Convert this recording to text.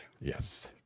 Yes